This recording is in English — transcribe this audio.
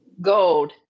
Gold